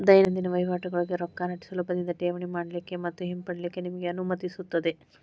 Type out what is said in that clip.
ದೈನಂದಿನ ವಹಿವಾಟಗೋಳಿಗೆ ರೊಕ್ಕಾನ ಸುಲಭದಿಂದಾ ಠೇವಣಿ ಮಾಡಲಿಕ್ಕೆ ಮತ್ತ ಹಿಂಪಡಿಲಿಕ್ಕೆ ನಿಮಗೆ ಅನುಮತಿಸುತ್ತದೆ